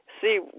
see